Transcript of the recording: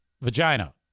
vagina